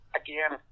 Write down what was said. again